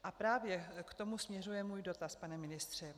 A právě k tomu směřuje můj dotaz, pane ministře.